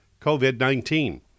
COVID-19